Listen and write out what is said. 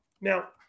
Now